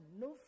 no